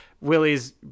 willie's